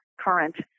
current